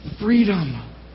freedom